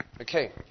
Okay